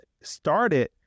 started